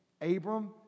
Abram